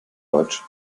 deutsch